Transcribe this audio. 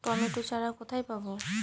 Tomato চারা কোথায় পাবো?